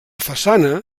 façana